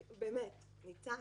ניצן,